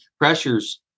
pressures